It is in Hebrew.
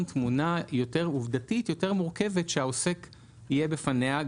תמונה עובדתית יותר מורכבת שהעוסק יהיה בפניה.